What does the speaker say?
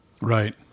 right